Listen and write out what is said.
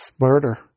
murder